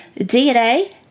DNA